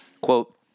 Quote